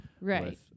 Right